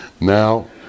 Now